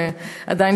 ועדיין,